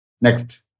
Next